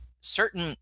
certain